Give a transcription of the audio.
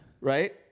right